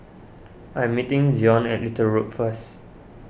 I am meeting Zion at Little Road first